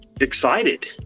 excited